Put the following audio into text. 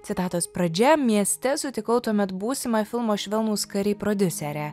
citatos pradžia mieste sutikau tuomet būsimą filmo švelnūs kariai prodiuserę